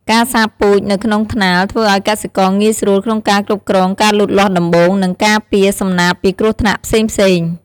ការសាបពូជនៅក្នុងថ្នាលធ្វើឱ្យកសិករងាយស្រួលក្នុងការគ្រប់គ្រងការលូតលាស់ដំបូង និងការពារសំណាបពីគ្រោះថ្នាក់ផ្សេងៗ។